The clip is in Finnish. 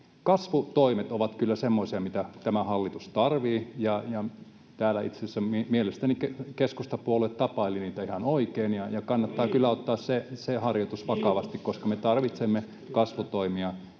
Kasvutoimet ovat kyllä semmoisia, mitä tämä hallitus tarvitsee, ja täällä itse asiassa mielestäni keskustapuolue tapaili niitä ihan oikein, [Antti Kurvinen: No niin, kiitos!] ja kannattaa kyllä ottaa se harjoitus vakavasti, koska me tarvitsemme kasvutoimia.